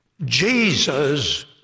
Jesus